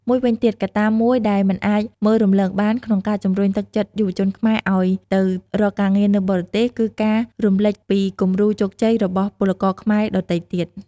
មួយវិញទៀត កត្តាមួយដែលមិនអាចមើលរំលងបាន ក្នុងការជំរុញទឹកចិត្តយុវជនខ្មែរឱ្យទៅរកការងារនៅបរទេស គឺការរំលេចពីគំរូជោគជ័យរបស់ពលករខ្មែរដទៃទៀត។